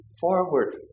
forward